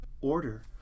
order